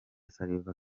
salva